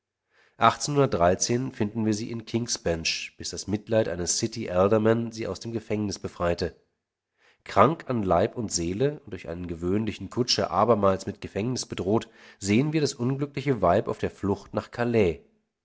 finden wir sie in kings bench bis das mitleid eines city alderman sie aus dem gefängnis befreite krank an leib und seele und durch einen gewöhnlichen kutscher abermals mit gefängnis bedroht sehen wir das unglückliche weib auf der flucht nach calais